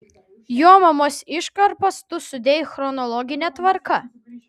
jo mamos iškarpas tu sudėjai chronologine tvarka